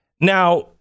Now